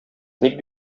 ник